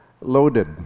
loaded